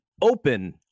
open